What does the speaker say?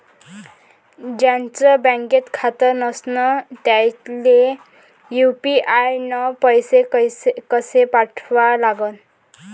ज्याचं बँकेत खातं नसणं त्याईले यू.पी.आय न पैसे कसे पाठवा लागन?